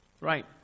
right